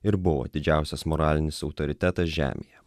ir buvo didžiausias moralinis autoritetas žemėje